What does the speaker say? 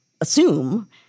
assume